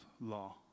law